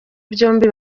byombi